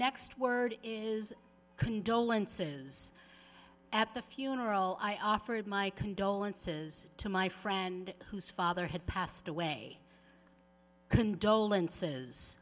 next word is condolences at the funeral i offered my condolences to my friend whose father had passed away condolences